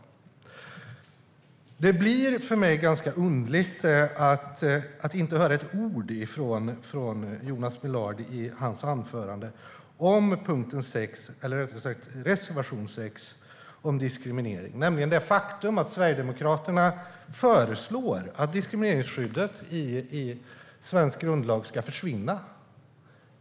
Det blir för mig ganska underligt att inte höra ett ord i Jonas Millards anförande om reservation 6 om diskriminering, där Sverigedemokraterna föreslår att diskrimineringsskyddet i svensk grundlag ska försvinna.